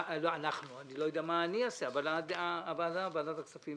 אני לא יודע מה אני אעשה, אבל ועדת הכספים